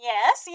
Yes